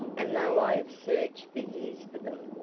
and though i have searched for years for them,